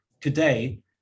today